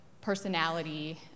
personality